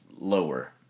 Lower